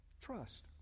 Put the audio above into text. Trust